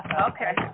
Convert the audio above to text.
Okay